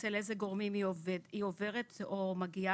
אצל איזה גורמים היא עוברת או מגיעה?